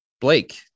blake